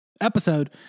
episode